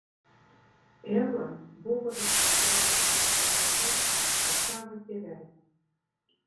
ela buvo išvažiavusi į prahą pas savo tėvelį